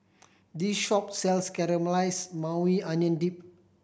this shop sells Caramelized Maui Onion Dip